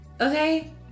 okay